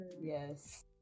Yes